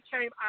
came